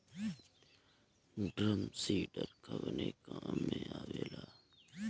Drum seeder कवने काम में आवेला?